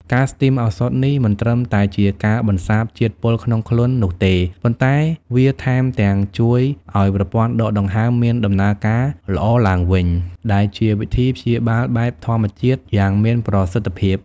ការស្ទីមឱសថនេះមិនត្រឹមតែជាការបន្សាបជាតិពុលក្នុងខ្លួននោះទេ ប៉ុន្តែវាថែមទាំងជួយឲ្យប្រព័ន្ធដកដង្ហើមមានដំណើរការល្អឡើងវិញ ដែលជាវិធីព្យាបាលបែបធម្មជាតិយ៉ាងមានប្រសិទ្ធភាព។